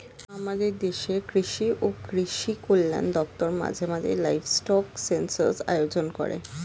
আমাদের দেশের কৃষি ও কৃষি কল্যাণ দপ্তর মাঝে মাঝে লাইভস্টক সেন্সাস আয়োজন করেন